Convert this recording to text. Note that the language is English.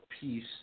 Peace